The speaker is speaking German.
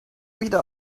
wieder